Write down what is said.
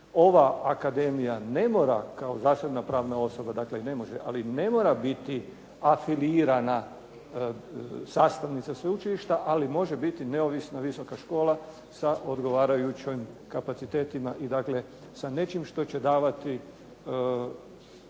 ova Akademija ne mora kao zasebna pravna osoba, ne može ali i ne mora biti afilirana sastavnica Sveučilišta ali može biti neovisna visoka škola sa odgovarajućim kapacitetima, dakle sa nečim što će davati